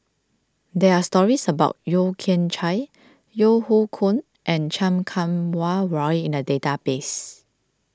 there are stories about Yeo Kian Chai Yeo Hoe Koon and Chan Kum Wah Roy in the database